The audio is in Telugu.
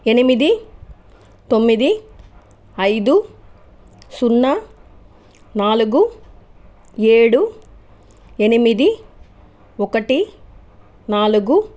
ఎనిమిది తొమ్మిది ఐదు సున్నా నాలుగు ఏడు ఎనిమిది ఒకటి నాలుగు